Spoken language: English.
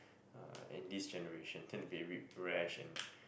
uh in this generation tend to be a bit rash and